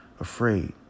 afraid